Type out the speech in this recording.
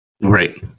Right